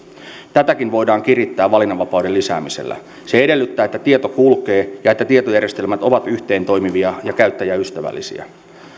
tätäkin voidaan kirittää valinnanvapauden lisäämisellä se edellyttää että tieto kulkee ja että tietojärjestelmät ovat yhteentoimivia ja käyttäjäystävällisiä